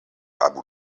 abu